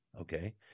okay